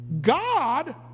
God